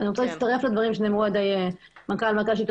אני רוצה להצטרף לדברים שאמר מנכ"ל השלטון